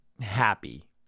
Happy